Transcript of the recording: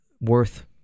worth